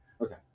Okay